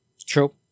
true